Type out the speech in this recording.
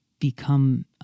become